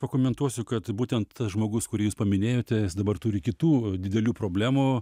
pakomentuosiu kad būtent tas žmogus kurį jūs paminėjote jis dabar turi kitų didelių problemų